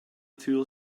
tool